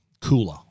cooler